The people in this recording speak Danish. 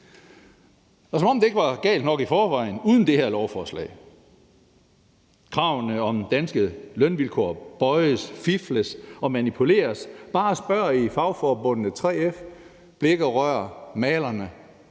som om det ikke var galt nok i forvejen uden det her lovforslag. Kravene om danske lønvilkår bøjes, fifles og manipuleres. Bare spørg i fagforbundene 3F og Blik og Rør, i malernes